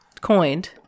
coined